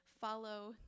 follow